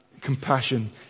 compassion